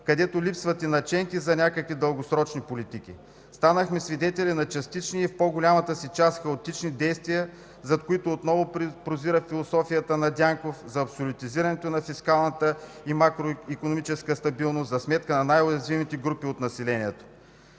където липсват и наченки за някакви дългосрочни политики. Станахме свидетели на частични и в по-голямата си част хаотични действия, зад които отново прозира философията на Дянков за абсолютизирането на фискалната и макроикономическата стабилност за сметка на най-уязвимите групи от населението.